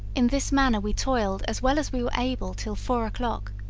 in this manner we toiled as well as we were able till four o'clock,